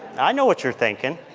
i know what you're thinking.